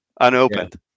unopened